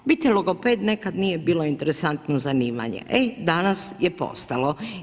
Biti logoped nekad nije bilo interesantno zanimanje, e danas je postalo.